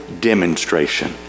demonstration